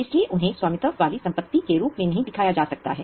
इसलिए उन्हें स्वामित्व वाली संपत्ति के रूप में नहीं दिखाया जा सकता है